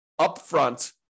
upfront